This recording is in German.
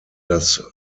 das